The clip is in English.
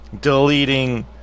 deleting